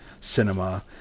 cinema